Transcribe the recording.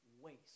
waste